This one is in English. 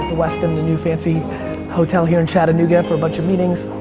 the westin, the new fancy hotel here in chattanooga for a bunch of meetings,